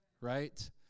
right